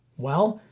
well?